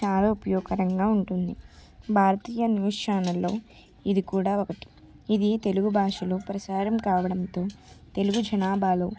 చాలా ఉపయోగకరంగా ఉంటుంది భారతీయ న్యూస్ ఛానల్లో ఇది కూడా ఒకటి ఇది తెలుగు భాషలో ప్రసారం కావడంతో తెలుగు జనాభాలో